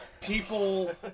people